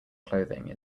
clothing